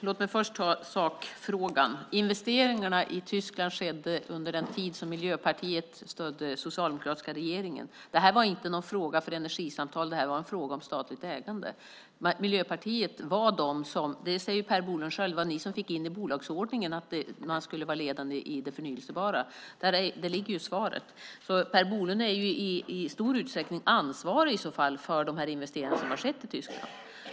Fru talman! Låt mig ta sakfrågan först. Investeringarna i Tyskland skedde under den tid Miljöpartiet stödde den socialdemokratiska regeringen. Det här var inte någon fråga för energisamtal - det här var en fråga om statligt ägande. Miljöpartiet var, som Per Bolund själv säger, de som fick in i bolagsordningen att man skulle vara ledande inom det förnybara. Där ligger svaret. Per Bolund är alltså i så fall i stor utsträckning ansvarig för de investeringar som har skett i Tyskland.